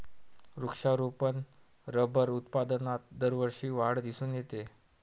वृक्षारोपण रबर उत्पादनात दरवर्षी वाढ दिसून येते